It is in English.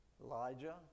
Elijah